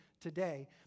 today